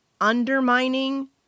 undermining